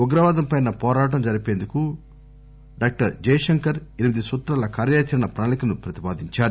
ఉగ్రవాదంపై పోరాటం జరిపేందుకు డాక్టర్ శంకర్ ఎనిమిది సూత్రాల కార్యాచరణ ప్రణాళికను ప్రతిపాదించారు